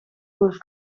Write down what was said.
col